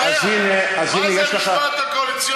אז הנה, יש לך, מה זה המשמעת הקואליציונית הזאת?